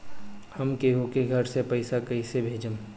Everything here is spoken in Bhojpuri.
हम केहु के घर से पैसा कैइसे भेजम?